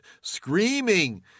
screaming